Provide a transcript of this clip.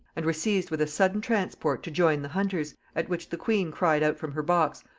and were seized with a sudden transport to join the hunters at which the queen cried out from her box,